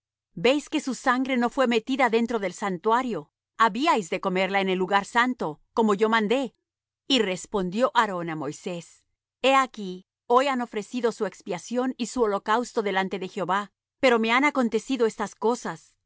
veis que su sangre no fue metida dentro del santuario habíais de comerla en el lugar santo como yo mandé y respondió aarón á moisés he aquí hoy han ofrecido su expiación y su holocausto delante de jehová pero me han acontecido estas cosas